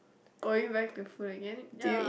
going back to food again ya